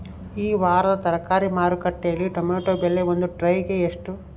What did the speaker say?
ಈ ವಾರದ ತರಕಾರಿ ಮಾರುಕಟ್ಟೆಯಲ್ಲಿ ಟೊಮೆಟೊ ಬೆಲೆ ಒಂದು ಟ್ರೈ ಗೆ ಎಷ್ಟು?